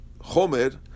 chomer